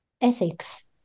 ethics